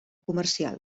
comercial